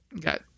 got